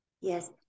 Yes